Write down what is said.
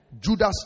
Judas